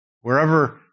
Wherever